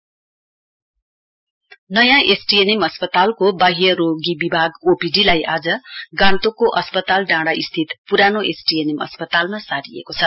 OPD and CRH नयाँ STNM अस्पतालको वाह्य रोगी विभाग ओपीडी लाई आज गान्तोकको अस्पताल डाँड़ा स्थित पुरानो एसटीएनएम अस्पतालमा सारिएको छ